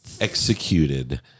executed